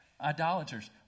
idolaters